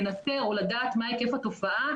לנטר או לדעת מה היקף התופעה,